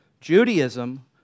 Judaism